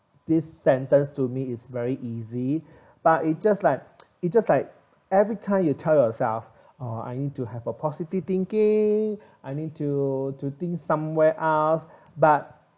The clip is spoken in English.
this sentence to me is very easy but it's just like it's just like every time you tell yourself oh I need to have a positive thinking I need to to think somewhere else but